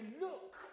Look